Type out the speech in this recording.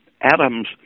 atoms